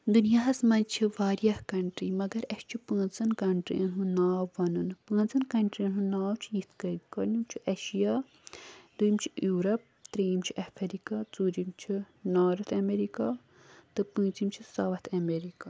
دُنیاہس منٛز چھِ واریاہ کنٹری مگر اسہِ چھُ پانٛژن کنٹری ین یُنٛد ناو ونُن پانٛژن کنٹری ین ہُنٛد ناو چھُ یِتھ کٔنۍ گۄڈٕنیُک چھُ ایشیا دوٚیِم چھُ یوٗرپ ترٛیِم چھُ اٮ۪فیرکا ژوٗرِم چھُ نارٕتھ اٮ۪میرکا تہٕ پوںٛژِم چھُ ساوتھ اٮ۪میرکا